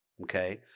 okay